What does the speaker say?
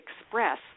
express